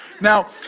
Now